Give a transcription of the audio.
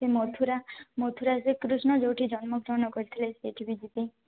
ଏ ମଥୁରା ମଥୁରା ଶ୍ରୀକୃଷ୍ଣ ଯେଉଁଠି ଜନ୍ମ ଗ୍ରହଣ କରିଥିଲେ ସେଇଠି ବି ଯିବି